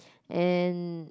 and